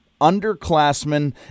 underclassmen